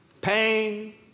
pain